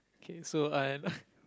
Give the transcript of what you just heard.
okay so and